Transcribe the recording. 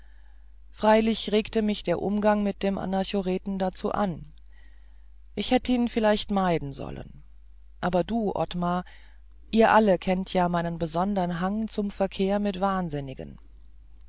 freilich regte mich der umgang mit dem anachoreten dazu an ich hätt ihn vielleicht meiden sollen aber du ottmar ihr alle kennt ja meinen besondern hang zum verkehr mit wahnsinnigen